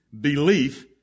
Belief